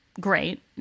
great